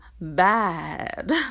bad